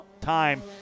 time